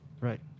Right